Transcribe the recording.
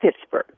Pittsburgh